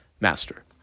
master